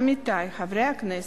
עמיתי חברי הכנסת,